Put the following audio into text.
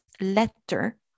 letter